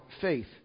faith